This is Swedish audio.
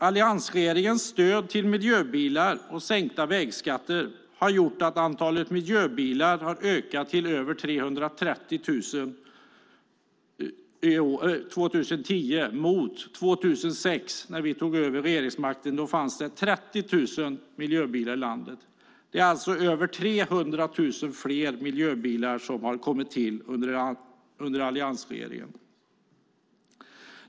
Alliansregeringens stöd till miljöbilar och sänkta vägskatter har gjort att antalet miljöbilar har ökat till över 330 000 år 2010 mot att det år 2006, när vi tog över regeringsmakten, fanns 30 000 miljöbilar i landet. Det är alltså över 300 000 fler miljöbilar som har tillkommit under alliansregeringen.